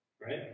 right